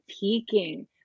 peaking